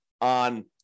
on